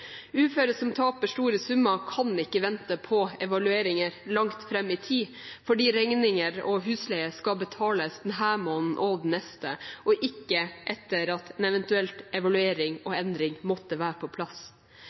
Uføre som taper store summer, kan ikke vente på evalueringer langt fram i tid, fordi regninger og husleie skal betales denne måneden og neste og ikke etter at en eventuell evaluering og endring måtte være på plass.